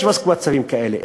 יש מצבים כאלה.